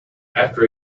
after